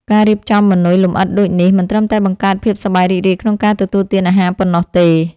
ការរៀបចំម៉ឺនុយលម្អិតដូចនេះ មិនត្រឹមតែបង្កើតភាពសប្បាយរីករាយក្នុងការទទួលទានអាហារប៉ុណ្ណោះទេ។